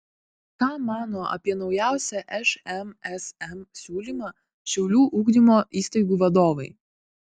ką mano apie naujausią šmsm siūlymą šiaulių ugdymo įstaigų vadovai